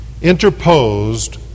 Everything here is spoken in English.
interposed